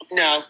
no